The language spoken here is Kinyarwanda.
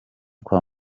kwa